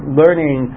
learning